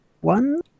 one